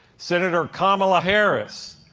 senator kamala harris,